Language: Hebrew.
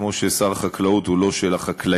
כמו ששר החקלאות הוא לא של החקלאים.